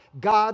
God